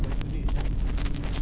kau nak ada sampai jurong pukul berapa